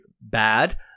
bad